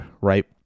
right